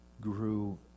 grew